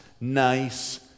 nice